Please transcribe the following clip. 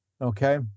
Okay